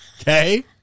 okay